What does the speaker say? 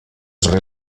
sri